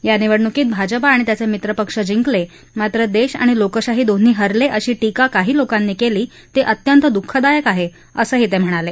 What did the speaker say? या निवडणुकीत भाजपा आणि त्याचे मित्रपक्ष जिंकले मात्र देश आणि लोकशाही दोन्ही हरले अशी पीका काही लोकांनी केली ती अत्यंत दुःखदायक आहे असं ते म्हणाले